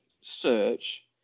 search